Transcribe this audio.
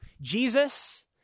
Jesus